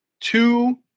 Two